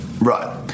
Right